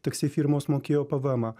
taksi firmos mokėjo pvmą